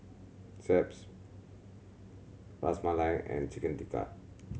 Ras Malai and Chicken Tikka